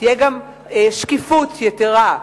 תהיה גם שקיפות יתירה,